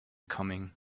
coming